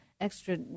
extra